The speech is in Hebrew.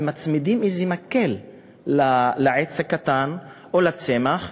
הם מצמידים איזה מקל לעץ הקטן או לצמח,